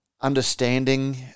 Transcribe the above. understanding